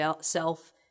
self